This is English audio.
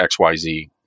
XYZ